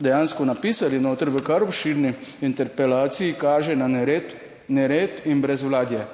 dejansko napisali noter v kar obširni interpelaciji, kaže na nered in brezvladje.